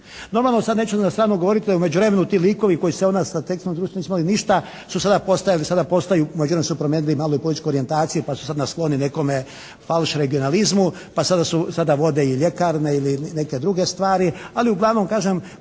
Normalno sad neću ni na stranu, govoriti da u međuvremenu ti likovi koji su se … /Govornik se ne razumije./ … nisu imali ništa su sada postajali, sada postaju, u međuvremenu su promijenili i malo i političku orijentaciju pa su sada skloni nekome falš regionalizmu. Pa sada su, sada vode i ljekarne ili neke druge stvari. Ali uglavnom kažem